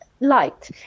light